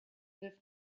with